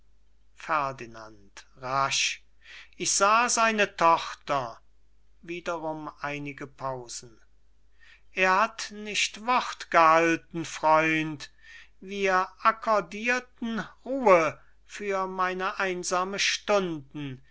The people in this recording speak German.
ferdinand rasch ich sah seine tochter wiederum einige pausen er hat nicht wort gehalten freund wir accordierten ruhe für meine einsamen stunden